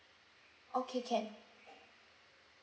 okay can